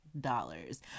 dollars